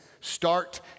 Start